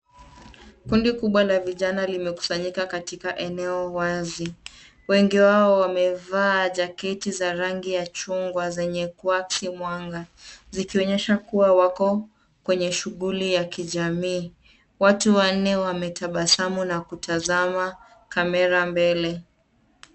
Kundi kubwa la vijana limekusanyika katika eneo wazi. Wengi wao wamevaa jaketi za rangi ya chungwa zenye kuakisi mwanga zikionyesha kuwa wako kwenye shughuli ya kijamii. Watu wanne wametabasamu na kutazama kamera mbele.